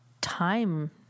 time